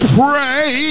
pray